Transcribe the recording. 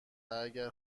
اگر